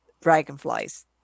dragonflies